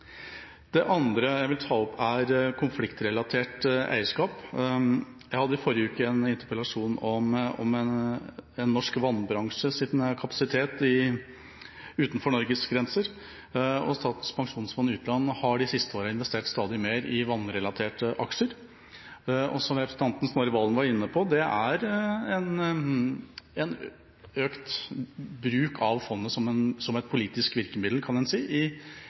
Det andre jeg vil ta opp, er konfliktrelatert eierskap. Jeg hadde i forrige uke en interpellasjon om norsk vannbransjes kapasitet utenfor Norges grenser. Statens pensjonsfond utland har de siste årene investert stadig mer i vannrelaterte aksjer. Som representanten Snorre Serigstad Valen var inne på, er det en økt bruk av fondet som et politisk virkemiddel i utvikling, kan en si.